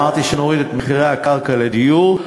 אמרתי שנוריד את מחירי הקרקע לדיור.